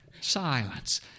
Silence